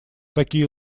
такие